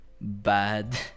bad